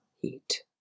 heat